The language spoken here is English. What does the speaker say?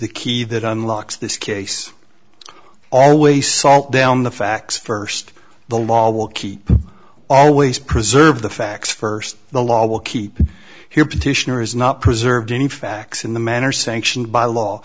the key that unlocks this case always salt down the facts first the law will keep always preserve the facts first the law will keep here petitioner is not preserved in facts in the manner sanctioned by law